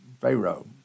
Pharaoh